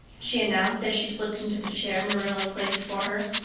she announced as she slipped into the chair marilla placed for her.